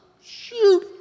Shoot